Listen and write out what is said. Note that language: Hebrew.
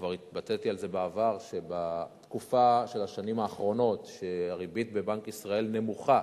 כבר התבטאתי על זה בעבר ואמרתי שבשנים האחרונות הריבית בבנק ישראל נמוכה